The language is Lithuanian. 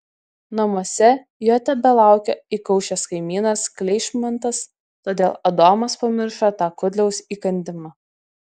namuose jo tebelaukė įkaušęs kaimynas kleišmantas todėl adomas pamiršo tą kudliaus įkandimą